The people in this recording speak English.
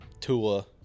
tua